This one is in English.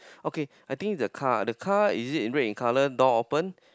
okay I think the car the car is it red in color door open